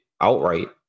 outright